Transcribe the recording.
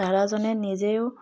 দাদাজনে নিজেও